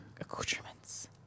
Accoutrements